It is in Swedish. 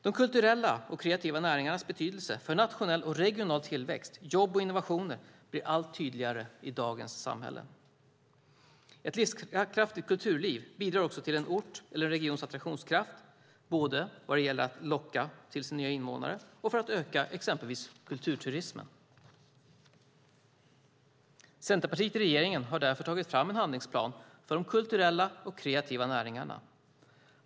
De kulturella och kreativa näringarnas betydelse för nationell och regional tillväxt, jobb och innovationer blir allt tydligare i dagens samhälle. Ett livskraftigt kulturliv bidrar också till en orts eller en regions attraktionskraft både vad gäller att locka till sig nya invånare och för att öka exempelvis kulturturismen. Centerpartiet i regeringen har därför tagit fram en handlingsplan för de kulturella och kreativa näringarna.